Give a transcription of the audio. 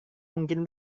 mungkin